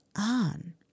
on